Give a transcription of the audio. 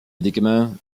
médicaments